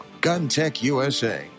GunTechUSA